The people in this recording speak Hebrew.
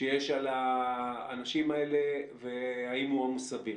שיש על האנשים האלה והאם הוא עומס סביר?